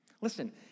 Listen